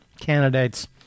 candidates